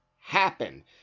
happen